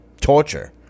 torture